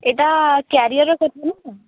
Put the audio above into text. ଏଇଟା କ୍ୟାରିଅରର କଥା ନା